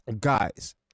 guys